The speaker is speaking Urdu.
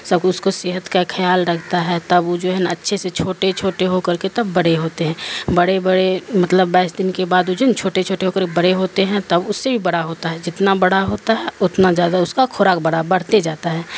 سب اس کو صحت کا خیال رکھتا ہے تب وہ جو ہے اچھے سے چھوٹے چھوٹے ہو کر کے تب بڑے ہوتے ہیں بڑے بڑے مطلب بائیس دن کے بعد وہ جو ہے چھوٹے چھوٹے ہو کر کے بڑے ہوتے ہیں تب اس سے بھی بڑا ہوتا ہے جتنا بڑا ہوتا ہے اتنا زیادہ اس کا کھوراک بڑا بڑھتے جاتا ہے